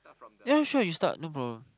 ya sure you start no problem